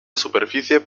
superficie